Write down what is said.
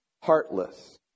heartless